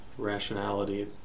rationality